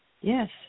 Yes